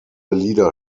lieder